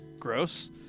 Gross